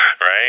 Right